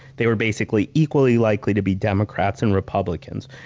they were basically equally likely to be democrats and republicans.